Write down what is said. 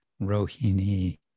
Rohini